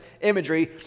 imagery